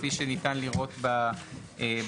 כפי שניתן לראות בקובץ,